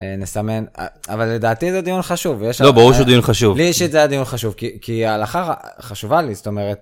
נסמן, אבל לדעתי זה דיון חשוב. לא, ברור שזה דיון חשוב. לי אישית זה היה דיון חשוב, כי ההלכה חשובה לי, זאת אומרת.